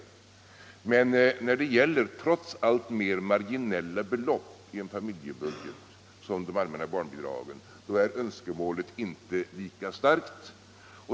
Men önskemålet är inte lika starkt när det gäller trots allt mer marginella belopp i en familjebudget som de allmänna barnbidragen.